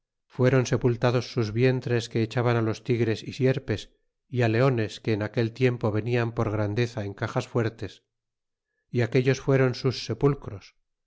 fueron sepultados sus vientres que echaban los tigres y sierpes y á leones que erequel tiempo tenian por grandeza en casas fuertes y aquellos fueron sus sepulcros